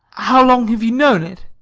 how long have you known it?